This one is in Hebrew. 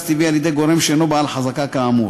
טבעי על-ידי גורם שאינו בעל חזקה כאמור.